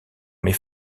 met